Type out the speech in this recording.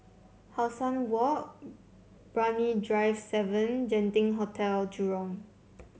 How Sun Walk Brani Drive seven Genting Hotel Jurong